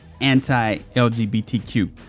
anti-LGBTQ